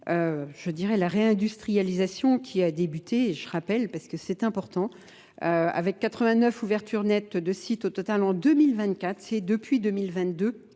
je dirais la réindustrialisation qui a débuté, je rappelle parce que c'est important, Avec 89 ouvertures nettes de sites au total en 2024, c'est depuis 2022